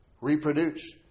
reproduce